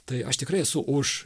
tai aš tikrai esu už